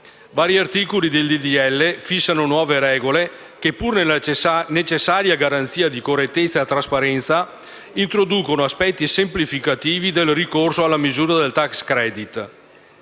Vari articoli del disegno di legge fissano nuove regole che, pur nella necessaria garanzia di correttezza e trasparenza, introducono aspetti semplificativi nel ricorso alla misura del *tax* *credit*.